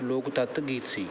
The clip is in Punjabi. ਲੋਕ ਤੱਤ ਗੀਤ ਸੀ